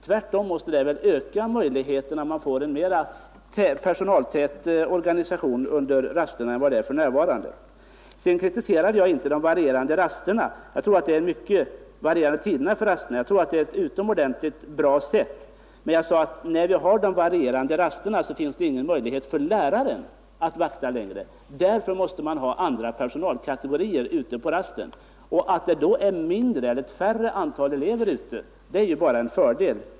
Tvärtom måste det väl öka möjligheterna om man får en mera personaltät organisation än för närvarande. Jag kritiserade inte heller systemet med de varierande rasterna. De varierande tiderna för rasterna är en utomordentligt bra ordning, men vad 21 jag sade var att det när vi hade genomfört denna det inte längre finns någon möjlighet för läraren att upprätthålla tillsynen. Därför måste andra personalkategorier vara med på rasterna. Att det då är färre elever ute är helt naturligt bara en fördel.